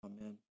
Amen